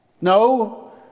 No